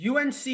UNC